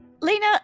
Lena